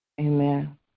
Amen